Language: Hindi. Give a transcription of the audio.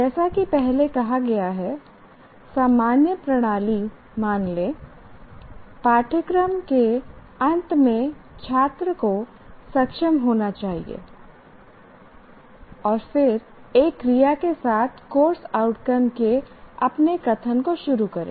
जैसा कि पहले कहा गया है सामान्य प्रणाली मान लें पाठ्यक्रम के अंत में छात्र को सक्षम होना चाहिए और फिर एक क्रिया के साथ कोर्स आउटकम के अपने कथन को शुरू करें